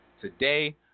today